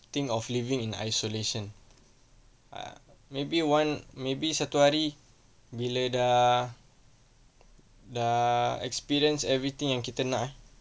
think of living in isolation uh maybe one maybe satu hari bila dah dah experienced everything yang kita nak ah